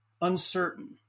uncertain